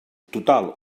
total